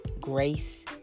grace